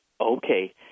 Okay